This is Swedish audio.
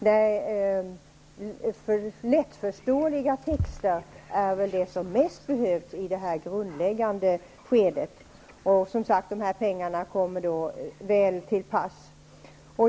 Det är lättförståeliga texter som mest behövs i detta grundläggande skede, och då kommer, som sagt, de här pengarna väl till pass.